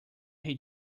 rei